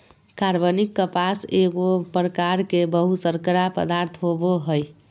कार्बनिक कपास एगो प्रकार के बहुशर्करा पदार्थ होबो हइ